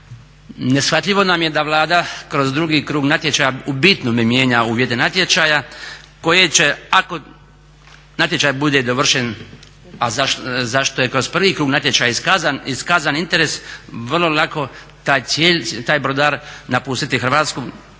Ne shvatljivo nam je da Vlada kroz drugi krug natječaja u bitnome mijenja uvjete natječaja koje će ako natječaj bude dovršen a zašto je kroz prvi krug natječaja iskazan interes, vrlo lako taj brodar napustiti Hrvatsku